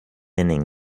inning